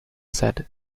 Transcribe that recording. said